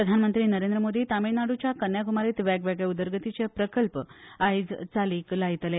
प्रधानमंत्री नरेंद्र मोदी तामिळनाडूच्या कन्याक्मारीत वेगवेगळे उदरगतीचे प्रकल्प आयज चालीक लायतले